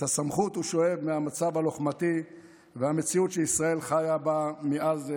את הסמכות הוא שואב מהמצב הלוחמתי והמציאות שישראל חיה בה מאז 67'